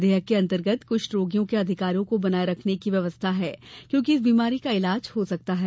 विधेयक के अंतर्गत कृष्ठ रोगियों के अधिकारों को बनाये रखने की व्यवस्था है क्योंकि इस बीमारी का इलाज हो सकता है